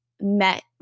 met